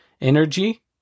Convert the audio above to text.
energy